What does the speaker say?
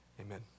Amen